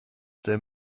der